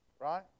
right